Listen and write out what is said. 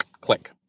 click